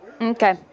Okay